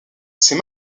ces